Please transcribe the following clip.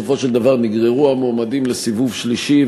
ולכן בסופו של דבר נגררו המועמדים לסיבוב שלישי,